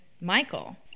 Michael